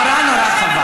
אני רוצה להגיד לך,